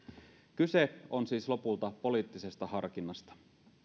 kyse on siis lopulta poliittisesta harkinnasta